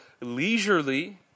leisurely